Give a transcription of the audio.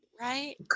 right